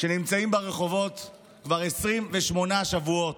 שנמצאים ברחובות כבר 28 שבועות.